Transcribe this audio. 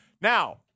Now